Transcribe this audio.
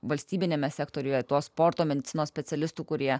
valstybiniame sektoriuje tos sporto medicinos specialistų kurie